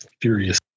furious